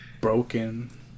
Broken